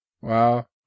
Wow